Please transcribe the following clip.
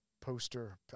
poster